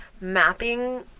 mapping